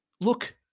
look